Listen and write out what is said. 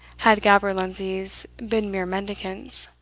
had gaberlunzies been mere mendicants.